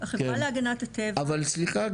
החברה להגנת הטבע- -- סליחה,